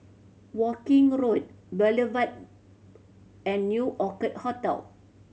Woking Road Boulevard and New Orchid Hotel